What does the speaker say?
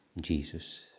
Jesus